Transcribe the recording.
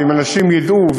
ואם אנשים ידעו,